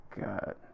God